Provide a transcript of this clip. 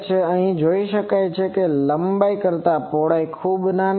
અહી જોઇ શકાય છે કે લંબાઈ કરતા પહોળાઈ ખૂબ નાની છે